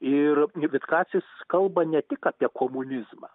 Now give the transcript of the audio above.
ir vi vitkacis kalba ne tik apie komunizmą